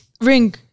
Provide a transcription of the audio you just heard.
Ring